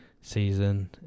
season